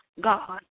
God